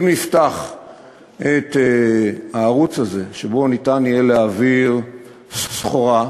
אם נפתח את הערוץ הזה שבו ניתן יהיה להעביר סחורה,